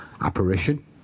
apparition